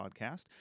podcast